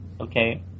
Okay